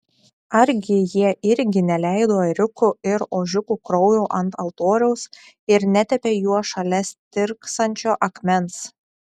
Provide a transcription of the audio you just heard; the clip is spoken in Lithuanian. argi jie irgi neleido ėriukų ir ožiukų kraujo ant altoriaus ir netepė juo šalia stirksančio akmens